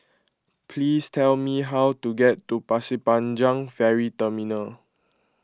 please tell me how to get to Pasir Panjang Ferry Terminal